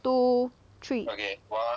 two three